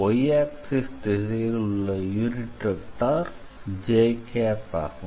y-axis திசையில் உள்ள unit vector j ஆகும்